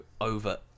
over